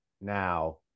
now